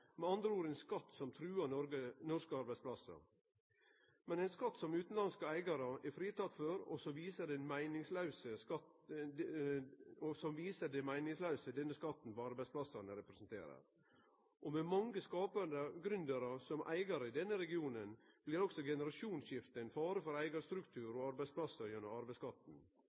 med andre ord ein skatt som truar norske arbeidsplassar, men ein skatt som utanlandske eigarar er fritekne for, og som viser det meiningslause denne skatten på arbeidsplassane representerer. Og med mange skapande gründerar som eigarar i denne regionen blir også generasjonsskiftet ein fare for eigarstruktur og arbeidsplassar gjennom